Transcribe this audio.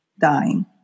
dying